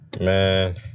Man